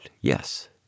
yes